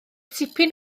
tipyn